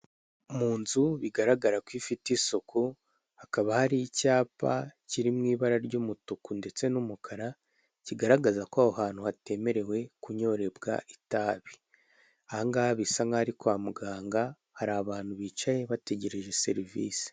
Mu nzu bigaragara ko ifite isuku, hakaba har’icyapa kiri mw’ibara ry'umutuku ndetse n'umukara kigaragaza ko aho hantu hatemerewe kunyorebwa itabi, ahangaha bisa nkah'ari kwa muganga, hari abantu bicaye bategereje serivisi.